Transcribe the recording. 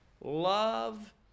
love